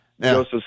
Joseph